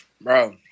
bro